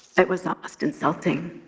that was almost insulting.